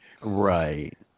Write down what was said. Right